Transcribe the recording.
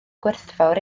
gwerthfawr